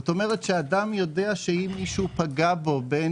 כלומר שאדם יודע שאם מישהו פגע בו,